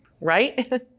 right